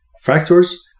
factors